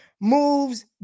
moves